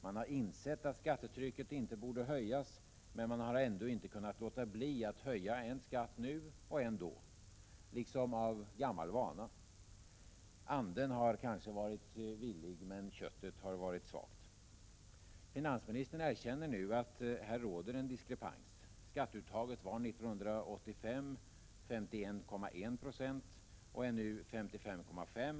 Man har insett att skattetrycket inte borde höjas, men man har ändå inte kunnat låta bli att höja en skatt nu och en då, liksom av gammal vana. Anden har kanske varit villig, men köttet har varit svagt. Finansministern erkänner nu att här råder en diskrepans. Skatteuttaget var 51,1 90 år 1985 och är nu 55,5 26.